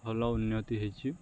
ଭଲ ଉନ୍ନତି ହେଇଛି